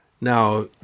Now